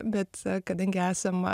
bet kadangi esam